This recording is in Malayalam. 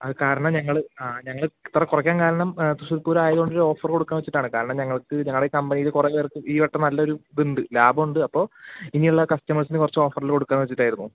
അത് കാരണം ഞങ്ങൾ ആ ഞങ്ങൾ ഇത്ര കുറയ്ക്കാൻ കാരണം തൃശ്ശൂർപ്പൂരം ആയതുകൊണ്ടൊരു ഓഫർ കൊടുക്കാം എന്ന് വച്ചിട്ടാണ് കാരണം ഞങ്ങൾക്ക് ഞങ്ങളുടെ ഈ കമ്പനിയിൽ കുറേ പേർക്ക് ഈ വട്ടം നല്ലൊരു ഇത് ഉണ്ട് ലാഭം ഉണ്ട് അപ്പോൾ ഇനിയുള്ള കസ്റ്റമേഴ്സിന് കുറച്ച് ഓഫറിൽ കൊടുക്കാമെന്ന് വച്ചിട്ടായിരുന്നു